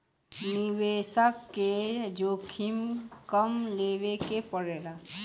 निवेसक के जोखिम कम लेवे के पड़ेला